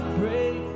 break